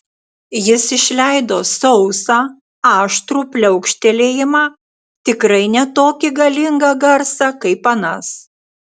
jis išleido sausą aštrų pliaukštelėjimą tikrai ne tokį galingą garsą kaip anas